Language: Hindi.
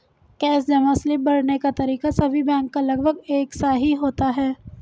कैश जमा स्लिप भरने का तरीका सभी बैंक का लगभग एक सा ही होता है